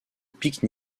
pique